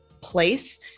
place